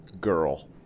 girl